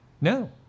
no